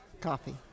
coffee